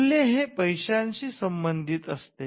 मूल्य हे पैशाशी संबंधित असते